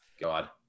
God